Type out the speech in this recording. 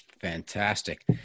Fantastic